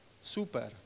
super